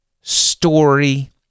story